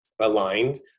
aligned